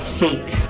faith